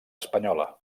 espanyola